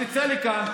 תצא לכאן,